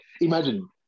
imagine